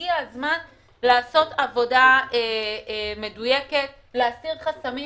הגיע הזמן לעשות עבודה מדויקת, להסיר חסמים.